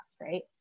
right